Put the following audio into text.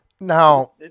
Now –